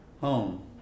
home